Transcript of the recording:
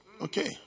Okay